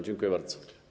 Dziękuję bardzo.